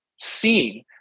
seen